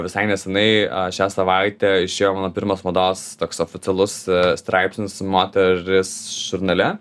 visai nesenai šią savaitę išėjo mano pirmas mados toks oficialus straipsnis moteris žurnale